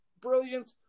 brilliant